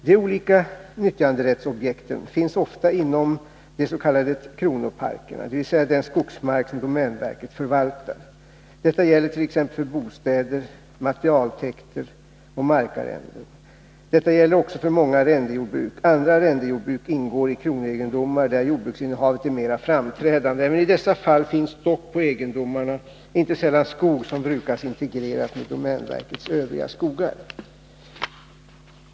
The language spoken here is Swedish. De olika nyttjanderättsobjekten finns ofta inom de s.k. kronoparkerna, dvs. den skogsmark som domänverket förvaltar. Detta gäller t.ex. för bostäder, materialtäkter och markarrenden. Det gäller också för många arrendejordbruk. Andra arrendejordbruk ingår i kronoegendomar där jordbruksinnehavet är mer framträdande. Även i dessa fall finns dock på egendomarna inte sällan skog som brukas integrerat med domänverkets övriga skogar.